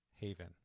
Haven